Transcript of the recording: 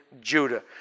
Judah